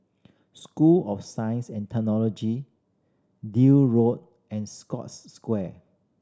School of Science and Technology Deal Road and Scotts Square